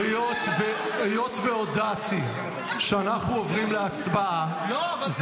היות שהודעתי שאנחנו עוברים להצבעה,